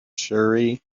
surrey